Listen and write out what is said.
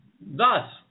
thus